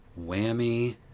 Whammy